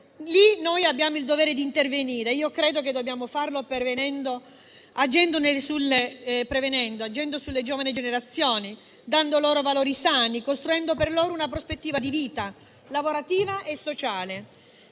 che noi abbiamo il dovere di intervenire e io credo che dobbiamo farlo prevenendo, agendo sulle giovani generazioni, dando loro valori sani, costruendo per loro una prospettiva di vita, lavorativa e sociale.